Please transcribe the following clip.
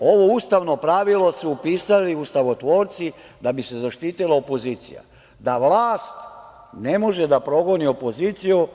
Ovo ustavno pravilo su upisali ustavotvorci da bi se zaštitila opozicija, da vlast ne može da progoni opoziciju